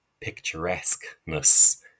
picturesqueness